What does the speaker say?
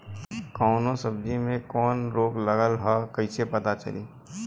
कौनो सब्ज़ी में कवन रोग लागल ह कईसे पता चली?